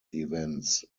events